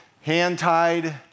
hand-tied